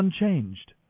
unchanged